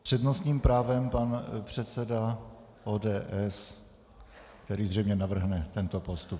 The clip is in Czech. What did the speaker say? S přednostním právem pan předseda ODS, který zřejmě navrhne tento postup.